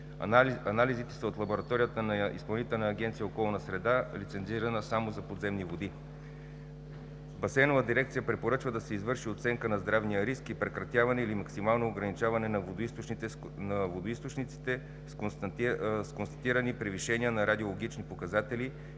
Анализите са от лабораторията на Изпълнителна агенция „Околна среда“, лицензирана само за подземни води. Басейнова дирекция препоръчва да се извърши оценка на здравния риск и прекратяване или максимално ограничаване на водоизточниците с констатирани превишения на радиологични показатели